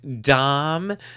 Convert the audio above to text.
Dom